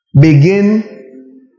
begin